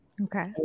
Okay